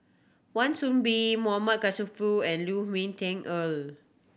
Wan Soon Bee M Karthigesu and Lu Ming Teh Earl